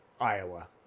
Iowa